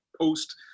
post